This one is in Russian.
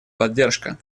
поддержка